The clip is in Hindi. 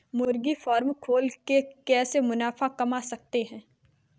मुर्गी फार्म खोल के कैसे मुनाफा कमा सकते हैं?